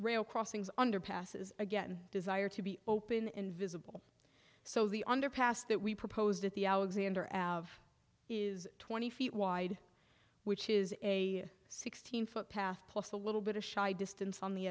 rail crossings underpasses again desire to be open and visible so the underpass that we proposed at the alexander is twenty feet wide which is a sixteen foot path plus a little bit of distance on the